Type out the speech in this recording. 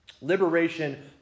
Liberation